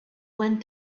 went